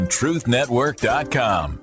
truthnetwork.com